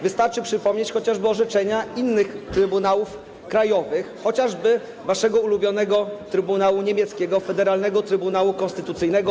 Wystarczy przypomnieć orzeczenia innych trybunałów krajowych, chociażby waszego ulubionego trybunału niemieckiego, Federalnego Trybunału Konstytucyjnego.